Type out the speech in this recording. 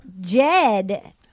Jed